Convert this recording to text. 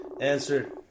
Answer